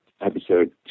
episode